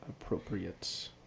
appropriate